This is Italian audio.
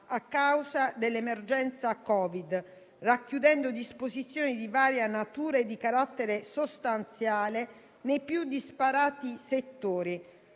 a causa dell'emergenza Covid, racchiudendo disposizioni di varia natura e di carattere sostanziale nei più disparati settori.